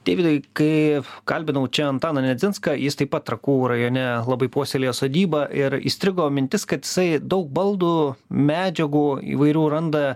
deividai kai kalbinau čia antaną nedzinską jis taip pat trakų rajone labai puoselėja sodybą ir įstrigo mintis kad jisai daug baldų medžiagų įvairių randa